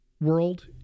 world